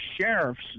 sheriffs